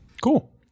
Cool